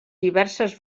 diverses